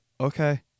okay